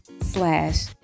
slash